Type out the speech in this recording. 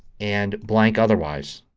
and blank otherwise.